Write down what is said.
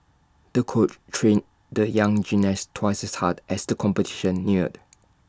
the coach trained the young gymnast twice as hard as the competition neared